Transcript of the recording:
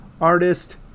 artist